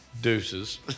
Deuces